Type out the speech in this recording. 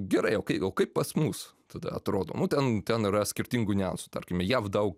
gerai o kai o kaip pas mus tada atrodo nu ten ten yra skirtingų niuansų tarkim jav daug